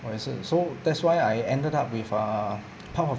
我也是 so that's why I ended up with err part of